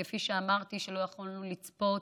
כפי שאמרתי, שלא יכולנו לצפות